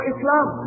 Islam